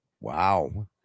Wow